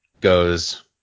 goes